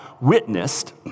witnessed